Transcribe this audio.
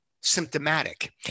symptomatic